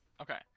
okay